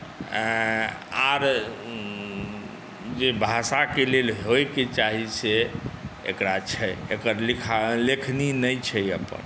आओर जे भाषाक लेल होइके चाही से एकरा छै एकर लेखनी नहि छै अपन